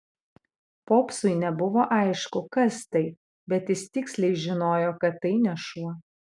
popsui nebuvo aišku kas tai bet jis tiksliai žinojo kad tai ne šuo